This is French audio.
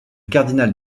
cardinal